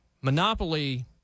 monopoly